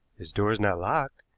his door is not locked,